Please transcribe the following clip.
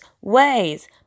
ways